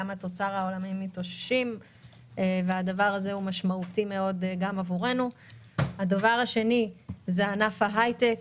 גם התוצר העולמי מתאוששים והדבר הזה משמעותי מאוד גם עבורנו; ענף ההייטק